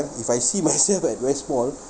if I see myself at west mall